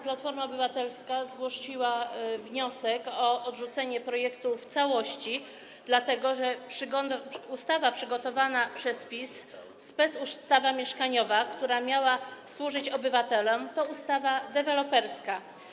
Platforma Obywatelska zgłosiła wniosek o odrzucenie projektu w całości, dlatego że ustawa przygotowana przez PiS, specustawa mieszkaniowa, która miała służyć obywatelom, to ustawa deweloperska.